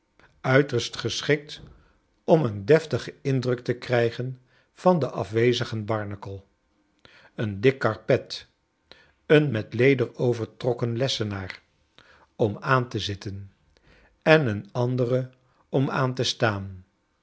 uiterst geschikt om een deftigen indruk tc krijgen van den afwezigen barnacle een dik karpet een met leder overtrokken lessenaar om aan te zitten en een andere om aan te staan